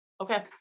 Okay